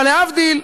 אבל להבדיל,